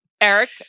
Eric